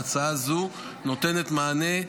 ההצעה הזאת נותנת מענה,